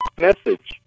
Message